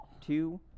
two